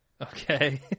Okay